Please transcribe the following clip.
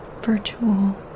virtual